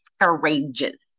courageous